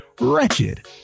wretched